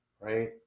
right